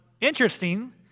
interesting